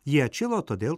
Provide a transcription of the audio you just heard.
jie atšilo todėl